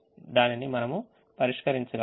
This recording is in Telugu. దానిని మనము పరిష్కరించగలము